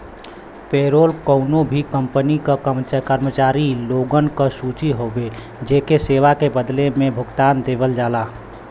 payroll कउनो भी company क कर्मचारी लोगन क सूची हउवे जेके सेवा के बदले में भुगतान देवल जाला